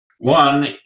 One